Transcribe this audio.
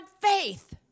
faith